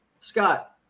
Scott